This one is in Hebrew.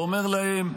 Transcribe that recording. ואומר להם: